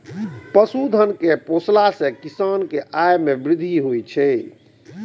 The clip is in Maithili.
पशुधन कें पोसला सं किसान के आय मे वृद्धि होइ छै